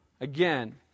again